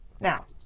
Now